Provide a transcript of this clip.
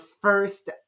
first